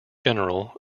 general